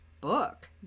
Book